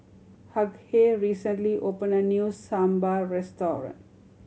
Hughey recently opened a new Sambar restaurant